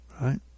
right